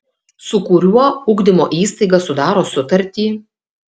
su kuriuo ugdymo įstaiga sudaro sutartį